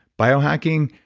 biohacking,